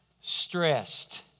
stressed